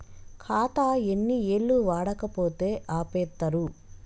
ఖాతా ఎన్ని ఏళ్లు వాడకపోతే ఆపేత్తరు?